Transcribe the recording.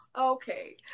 Okay